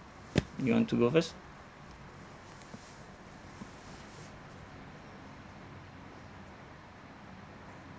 you want to go first